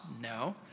No